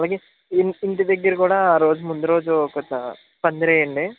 అలాగే ఇన్ ఇంటి దగ్గర కూడా ఆ రోజు ముందు రోజు కాస్త పందిరి వేయండి